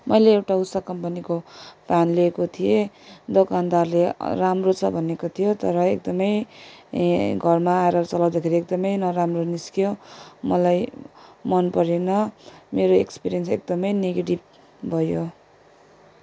मैले एउटा उषा कनम्पनीको फ्यान लिएको थिएँ दोकानदारले राम्रो छ भनेको थियो तर एकदमै घरमा आएर चलाउँदाखेरि एकदमै नराम्रो निस्कियो मलाई मन परेन मेरो एक्सपेरियन्स एकदमै निगेटिभ भयो